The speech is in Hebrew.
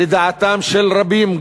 לדעתם של רבים,